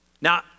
Now